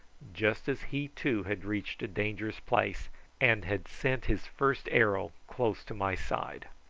just as he too had reached a dangerous place and had sent his first arrow close to my side.